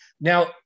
Now